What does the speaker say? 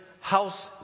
house